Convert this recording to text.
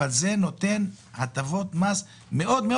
אבל זה נותן הטבות מס חיוביות מאוד.